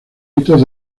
hitos